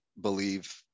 believe